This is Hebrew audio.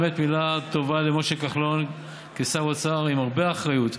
באמת מילה טובה למשה כחלון כשר האוצרף עם הרבה אחריות,